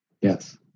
Yes